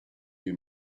you